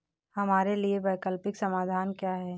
हमारे लिए वैकल्पिक समाधान क्या है?